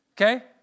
Okay